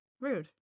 rude